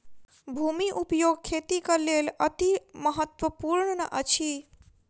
भूमि उपयोग खेतीक लेल अतिमहत्त्वपूर्ण अछि